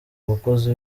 bakozi